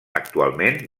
actualment